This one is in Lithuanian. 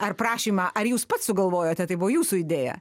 ar prašymą ar jūs pats sugalvojote tai buvo jūsų idėja